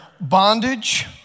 bondage